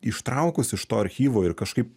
ištraukus iš to archyvo ir kažkaip